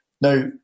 Now